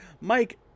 Mike